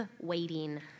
waiting